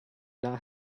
not